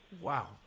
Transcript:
wow